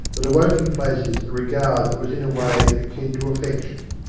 that awoke in places a regard that was in a way akin to affection.